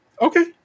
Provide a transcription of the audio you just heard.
okay